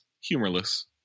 humorless